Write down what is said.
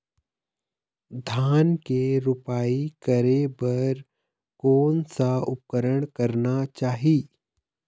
धान के रोपाई करे बर कोन सा उपकरण करना चाही?